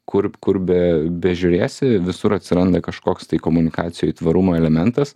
kur kur be bežiūrėsi visur atsiranda kažkoks tai komunikacijoj tvarumo elementas